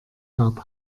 gab